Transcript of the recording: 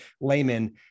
layman